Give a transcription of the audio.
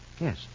yes